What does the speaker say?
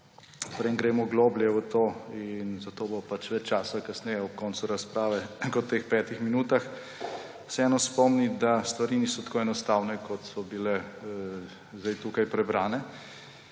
preden gremo globlje v to, in za to bo pač več časa kasneje ob koncu razprave kot v teh 5 minutah, vseeno spomniti, da stvari niso tako enostavne, kot so bile sedaj tukaj prebrane.